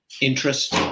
interest